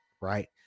right